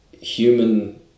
human